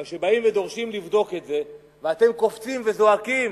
אבל כשבאים ודורשים לבדוק את זה ואתם קופצים וזועקים,